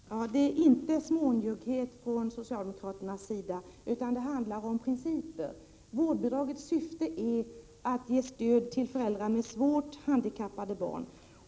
Herr talman! Det handlar inte om smånjugghet från socialdemokraternas sida utan om principer. Vårdbidragets syfte är att ge stöd till föräldrar med svårt handikappade barn.